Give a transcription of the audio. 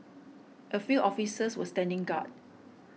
a few officers were standing guard